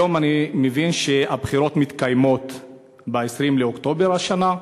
היום אני מבין שהבחירות מתקיימות ב-20 באוקטובר השנה.